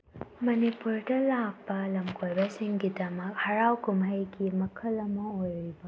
ꯃꯅꯤꯄꯨꯔꯗ ꯂꯥꯛꯄ ꯂꯝ ꯀꯣꯏꯕ ꯁꯤꯡꯒꯤꯗꯃꯛ ꯍꯔꯥꯎ ꯀꯨꯝꯍꯩꯒꯤ ꯃꯈꯜ ꯑꯃ ꯑꯣꯏꯔꯤꯕ